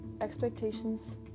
Expectations